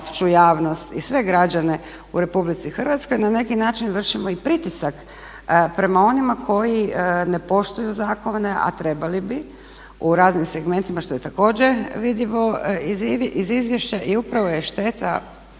javnost i sve građane u RH. Na neki način vršimo i pritisak prema onima koji ne poštuju zakone a trebali bi u raznim segmentima što je vidljivo iz izvješća. I upravo je šteta,